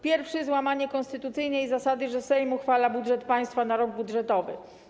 Pierwszy to złamanie konstytucyjnej zasady, że Sejm uchwala budżet państwa na rok budżetowy.